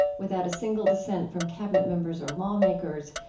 without a single dissent from cabinet members or lawmakers,